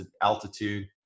altitude